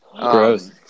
Gross